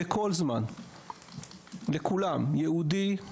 בכל זמן לכולם יהודי,